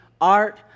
Art